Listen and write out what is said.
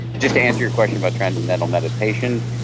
just to answer your question about transcendental meditation,